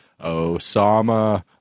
osama